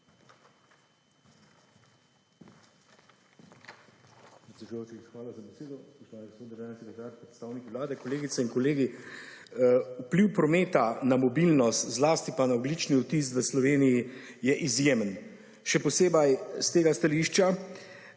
hvala za besedo. Spoštovani gospod državni sekretar, predstavniki vlade, kolegice in kolegi! Vpliv prometa na mobilnost, zlasti pa na oglični odtis v Sloveniji je izjemen. Še posebej s tega stališča,